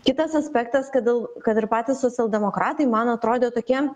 kitas aspektas kad dėl kad ir patys socialdemokratai man atrodė tokie